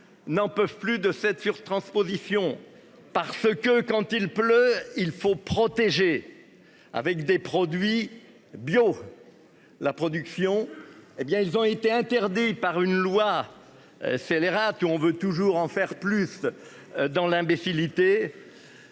n'en peuvent plus de cette sur-. Transposition parce que quand il pleut il faut protéger. Avec des produits bio. La production, hé bien ils ont été interdits par une loi. Scélérate, on veut toujours en faire plus. Dans l'imbécilité.